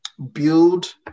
Build